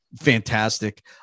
fantastic